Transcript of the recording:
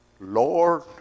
Lord